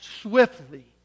swiftly